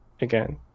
again